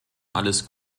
alles